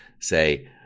say